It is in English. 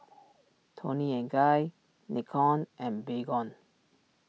Toni and Guy Nikon and Baygon